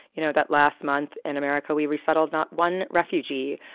you know, that last month in america, we resettled not one refugee,